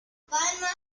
palmas